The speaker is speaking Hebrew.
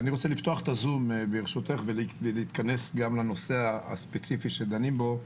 אני רוצה להתכנס גם לנושא הספציפי שאנחנו דנים בו.